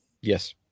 Yes